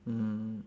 mm